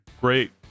great